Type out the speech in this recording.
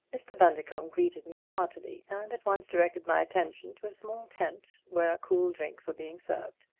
mr. bundercombe greeted me heartily and at once directed my attention to a small tent where cool drinks were being served.